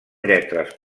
lletres